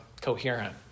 coherent